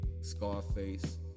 Scarface